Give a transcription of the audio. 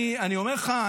אני אומר לך,